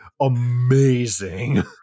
amazing